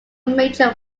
major